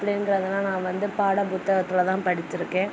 அப்படிங்கிறதெல்லாம் நான் வந்து பாட புத்தகத்தில் தான் படிச்சிருக்கேன்